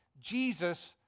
Jesus